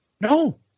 no